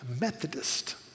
methodist